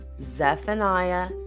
Zephaniah